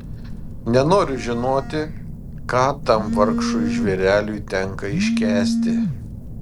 nenoriu žinoti ką tam vargšui žvėreliui tenka iškęsti